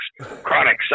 Chronic